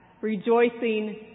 rejoicing